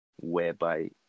whereby